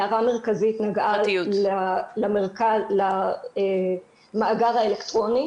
ההערה המרכזית נגעה למאגר האלקטרוני,